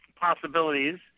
possibilities